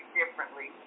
differently